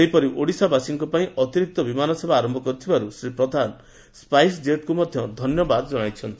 ସେହିପରି ଓଡ଼ିଶାବାସୀଙ୍କ ପାଇଁ ଅତିରିକ୍ତ ବିମାନସେବା ଆର ଶ୍ରୀ ପ୍ରଧାନ ସ୍ୱାଇସ୍ଜେଟ୍କୁ ମଧ୍ଧ ଧନ୍ୟବାଦ ଜଣାଇଛନ୍ତି